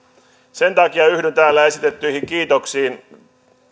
sen takia yhdyn täällä esitettyihin kiitoksiin